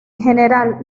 general